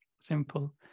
simple